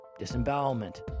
disembowelment